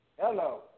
Hello